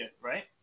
Right